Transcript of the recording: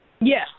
Yes